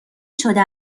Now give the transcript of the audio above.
شده